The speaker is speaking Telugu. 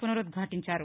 వునరుద్హాటించారు